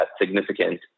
significant